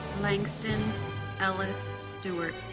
langston ellis stewart